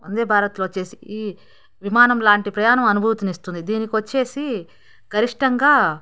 వందే భారత్లో వచ్చి విమానం లాంటి ప్రయాణం అనుభూతిని ఇస్తుంది దీనికి వచ్చి గరిష్టంగా